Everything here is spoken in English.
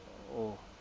oh